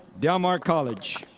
del mar college.